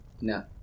No